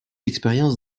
expérience